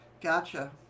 gotcha